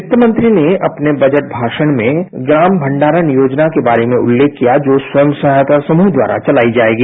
वित्तमंत्री ने अपने बजट भाषण में ज्ञान भंडारण योजना के बारे में उल्लेख किया जो स्वयं सहायता समूह द्वारा चलाई जायेगी